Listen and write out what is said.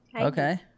Okay